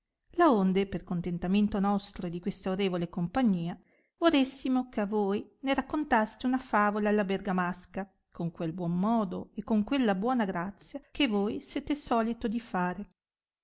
piace laonde per contentamento nostro e di questa orrevole compagnia vorressimo che voi ne raccontaste una favola alla bergamasca con quel buon modo e con quella buona grazia che voi siete solito di fare